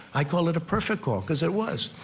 i call it a perfect call because it was.